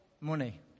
money